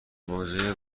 موزه